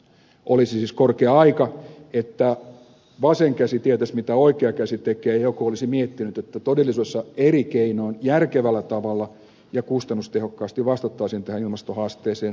olisi siis korkea aika että vasen käsi tietäisi mitä oikea käsi tekee ja joku olisi miettinyt että todellisuudessa eri keinoin järkevällä tavalla ja kustannustehokkaasti vastattaisiin tähän ilmastohaasteeseen